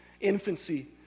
infancy